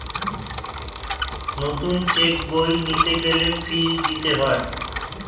নতুন চেক বই নিতে গেলে ফি দিতে হয়